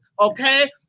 okay